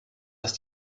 dass